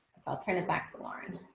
i'll turn it back to lauren